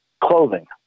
clothing